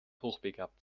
hochbegabt